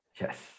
yes